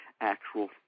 actual